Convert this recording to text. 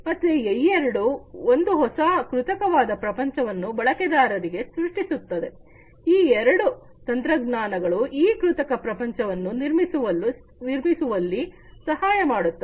ಮತ್ತೆ ಇವೆರಡು ಒಂದು ಹೊಸ ಕೃತಕವಾದ ಪ್ರಪಂಚವನ್ನು ಬಳಕೆದಾರರಿಗೆ ಸೃಷ್ಟಿಸುತ್ತದೆ ಈ ಎರಡು ತಂತ್ರಜ್ಞಾನಗಳು ಈ ಕೃತಕ ಪ್ರಪಂಚವನ್ನು ನಿರ್ಮಿಸುವಲ್ಲಿ ಸಹಾಯಮಾಡುತ್ತವೆ